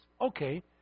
Okay